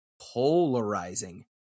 polarizing